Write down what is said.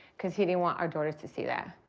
cause he didn't want our daughters to see that.